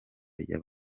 rya